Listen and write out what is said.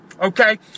Okay